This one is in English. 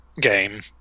game